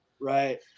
right